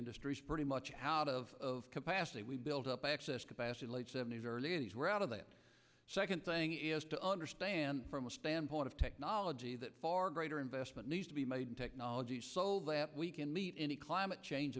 industry pretty much how out of capacity we've built up excess capacity late seventy's early eighty's were out of that second thing is to understand from a standpoint of technology that far greater investment needs to be made in technology so that we can meet in a climate change